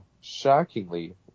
shockingly